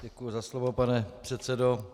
Děkuji za slovo, pane předsedo.